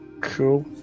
cool